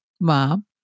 mom